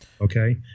okay